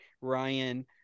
Ryan